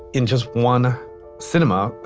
in just one cinema,